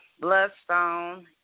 Bloodstone